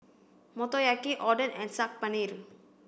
Motoyaki Oden and Saag Paneer